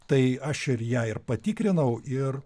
tai aš ir ją ir patikrinau ir